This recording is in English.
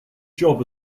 job